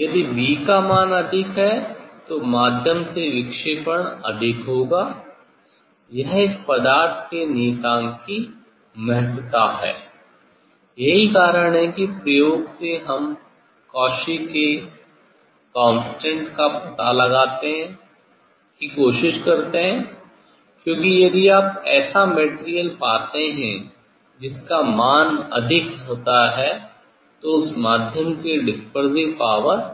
यदि 'B' का मान अधिक है तो माध्यम से विक्षेपण अधिक होगा यह इस पदार्थ के नियतांक की महत्तता है यही कारण है कि प्रयोग से हम कॉची के स्थिरांक Cauchy's constant का पता लगाने की कोशिश करते हैं क्योंकि यदि आप ऐसा मटेरियल पाते हैं जिसका मान अधिक होता है तो उस माध्यम की डिसपेरसीव पावर